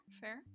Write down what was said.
fair